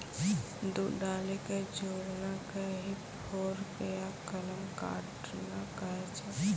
दू डाली कॅ जोड़ना कॅ ही फोर्क या कलम काटना कहै छ